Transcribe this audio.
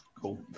Cool